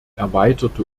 erweiterte